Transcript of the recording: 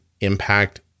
impact